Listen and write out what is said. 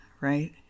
right